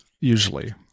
usually